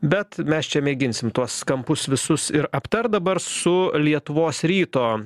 bet mes čia mėginsim tuos kampus visus ir aptart dabar su lietuvos ryto